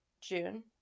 June